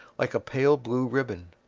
like a pale-blue ribbon.